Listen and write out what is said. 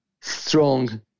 strong